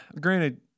granted –